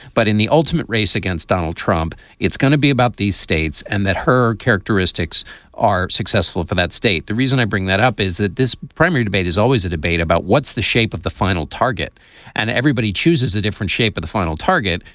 but in the ultimate race against donald trump. it's going to be about these states and that her characteristics are successful for that state. the reason i bring that up is that this primary debate is always a debate about what's the shape of the final target and everybody chooses a different shape of the final target.